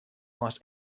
los